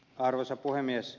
arvoisa puhemies